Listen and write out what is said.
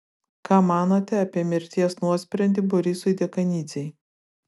ką manote apie mirties nuosprendį borisui dekanidzei